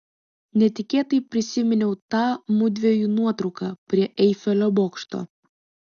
netikėtai prisiminiau tą mudviejų nuotrauką prie eifelio bokšto